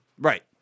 Right